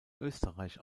österreich